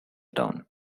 town